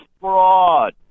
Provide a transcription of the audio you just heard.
fraud